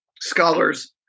scholars